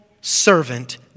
servant